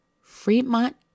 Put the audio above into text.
Fremont